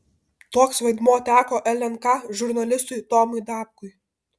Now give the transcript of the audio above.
toks vaidmuo teko lnk žurnalistui tomui dapkui